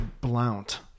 Blount